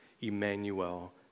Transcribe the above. Emmanuel